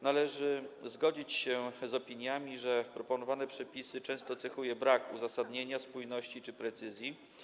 Należy zgodzić się z opiniami, że proponowane przepisy często cechuje brak uzasadnienia, spójności czy precyzji.